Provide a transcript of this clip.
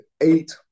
eight